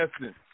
essence